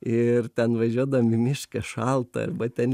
ir ten važiuodami miške šalta arba ten